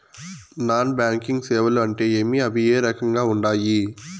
non banking సేవలు అంటే ఏమి అవి ఏ రకంగా ఉండాయి